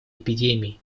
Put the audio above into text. эпидемией